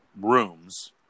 rooms